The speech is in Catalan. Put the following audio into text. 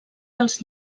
dels